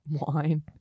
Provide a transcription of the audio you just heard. Wine